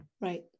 right